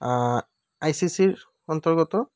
আই C চিৰ অন্তৰ্গত